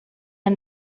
han